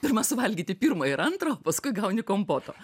pirma suvalgyti pirmą ir antrą o paskui gauni kompoto